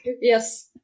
Yes